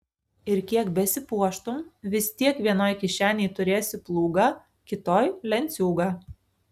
ir kiek besipuoštum vis tiek vienoj kišenėj turėsi plūgą kitoj lenciūgą